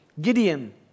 Gideon